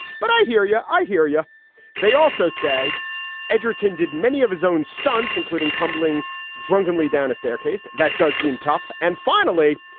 but i hear yeah, i hear you they also say edgerton did many of his own stunts, including tumbling drunkenly down a staircase. that does seem tough. and finally,